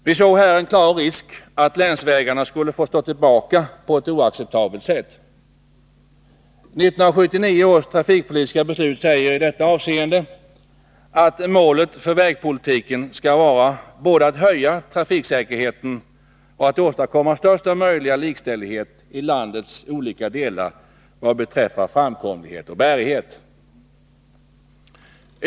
Vi såg här en klar risk att länsvägarna skulle få stå tillbaka på ett oacceptabelt sätt. 1979 års trafikpolitiska beslut säger i detta avseende att målet för vägpolitiken skall vara både att höja trafiksäkerheten och att åstadkomma största möjliga likställighet i landets olika delar vad beträffar framkomlighet och bärighet.